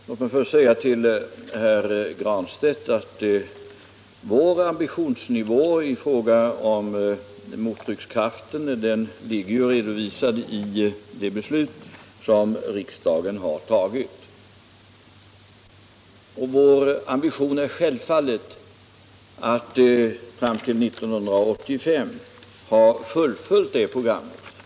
Herr talman! Låt mig först säga till herr Granstedt att vår ambitionsnivå i fråga om mottryckskraften är redovisad i de beslut som riksdagen har fattat. Vår avsikt är självfallet att fram till 1985 ha fullföljt det programmet.